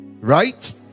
Right